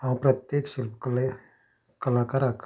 हांव प्रत्येक शिल्पकलेच्या कलाकारांक